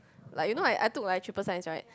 like you know I I took like triple science right